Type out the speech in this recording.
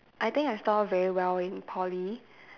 I think I score very well in Poly